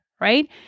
right